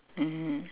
mmhmm